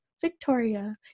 Victoria